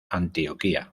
antioquia